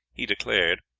he declared,